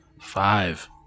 Five